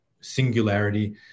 singularity